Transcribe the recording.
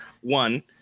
one